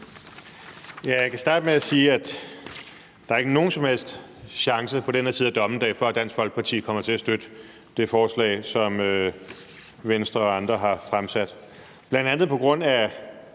Jeg kan starte med at sige, at der ikke er nogen som helst chance på den her side af dommedag for, at Dansk Folkeparti kommer til at støtte det forslag, som Venstre og andre har fremsat,